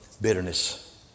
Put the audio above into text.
bitterness